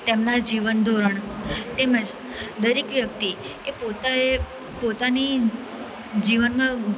તેમના જીવનધોરણ તેમજ દરેક વ્યક્તિએ પોતાએ પોતાની જીવનમાં